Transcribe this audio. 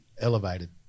elevated